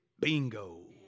Bingo